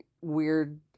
weird